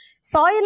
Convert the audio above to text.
soil